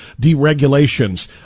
deregulations